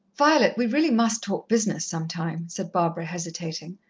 violet, we really must talk business some time, said barbara, hesitating.